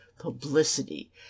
publicity